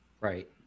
Right